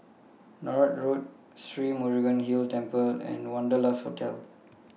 Northolt Road Sri Murugan Hill Temple and Wanderlust Hotel